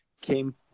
came